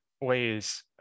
ways